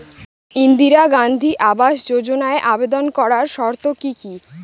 ইন্দিরা গান্ধী আবাস যোজনায় আবেদন করার শর্ত কি কি?